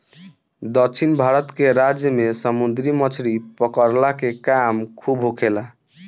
दक्षिण भारत के राज्य में समुंदरी मछली पकड़ला के काम खूब होखेला